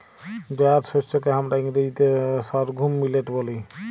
জয়ার শস্যকে হামরা ইংরাজিতে সর্ঘুম মিলেট ব্যলি